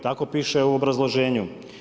Tako piše u obrazloženju.